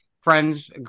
friends